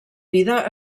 vida